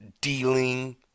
dealing